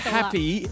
Happy